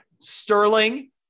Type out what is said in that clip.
Sterling